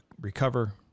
recover